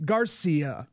Garcia